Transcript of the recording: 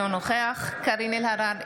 אינו נוכח קארין אלהרר,